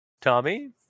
Tommy